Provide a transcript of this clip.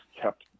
kept